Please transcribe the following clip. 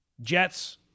Jets